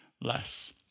less